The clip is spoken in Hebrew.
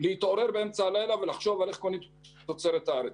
להתעורר באמצע הלילה ולחשוב איך קונים תוצרת הארץ.